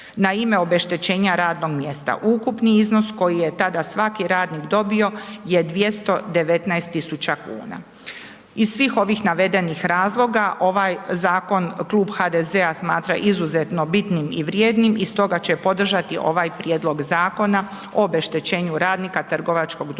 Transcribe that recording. Na ime obeštećenja radnog mjesta ukupni iznos koji je tada svaki radnik dobio je 219 000 kuna. Iz svih ovih navedenih razloga, ovaj zakon klub HDZ-a smatra izuzetno bitnim i vrijednim i stoga će podržati ovaj prijedlog zakona o obeštećenju radnika trgovačkog društva